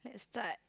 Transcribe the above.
is start